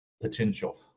potential